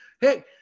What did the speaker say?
Hey